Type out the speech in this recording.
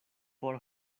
por